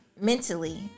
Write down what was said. mentally